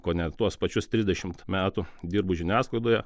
kone tuos pačius trisdešimt metų dirbu žiniasklaidoje